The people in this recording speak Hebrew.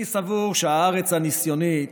אני סבור שהארץ הניסיונית,